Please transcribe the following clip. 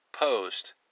post